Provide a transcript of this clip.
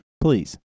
please